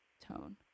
tone